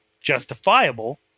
justifiable